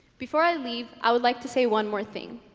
before i leave i would like to say one more thing